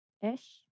Ish